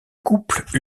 couple